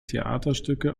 theaterstücke